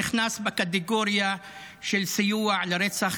נכנס בקטגוריה של סיוע לרצח,